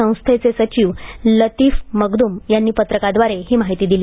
संस्थेचे सचिव लतीफ मगदूम यांनी पत्रकाद्वारे ही माहिती दिली